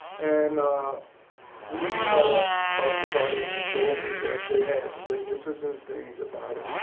and we talked about it and they told me that they had witnesses and things about it.